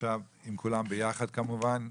עם כולם ביחד כמובן,